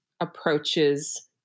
approaches